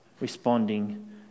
responding